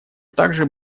также